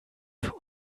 für